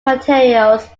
materials